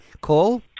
call